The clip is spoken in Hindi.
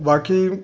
बाकी